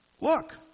Look